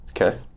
Okay